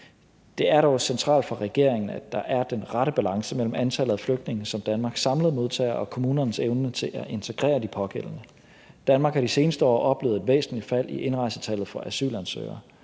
Det er dog centralt for regeringen, at der er den rette balance mellem antallet af flygtninge, som Danmark samlet modtager, og kommunernes evne til at integrere de pågældende. Danmark har de seneste år oplevet et væsentligt fald i indrejsetallet for asylansøgere.